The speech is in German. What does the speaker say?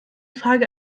frage